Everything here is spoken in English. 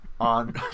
on